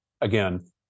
Again